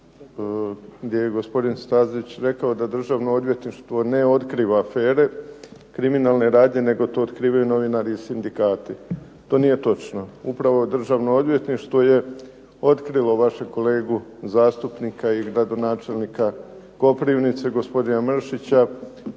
gdje je gospodin Stazić rekao da Državno odvjetništvo ne otkriva afere, kriminalne radnje, nego to otkrivaju novinari i sindikati. To nije točno. Upravo Državno odvjetništvo je otkrilo vašeg kolegu zastupnika i gradonačelnika Koprivnice gospodina Mršića